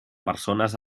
persones